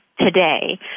today